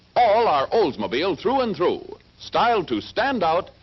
all are oldsmobile through and through, styled to stand out,